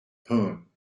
pune